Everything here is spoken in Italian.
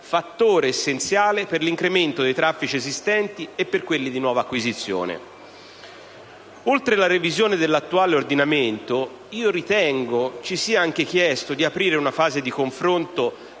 fattore essenziale per l'incremento dei traffici esistenti e per quelli di nuova acquisizione. Oltre la revisione dell'attuale ordinamento ritengo ci sia anche richiesto di aprire una fase di confronto